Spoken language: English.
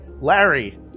Larry